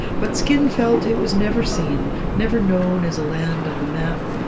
but skin felt it was never seen, never known as a land on the map,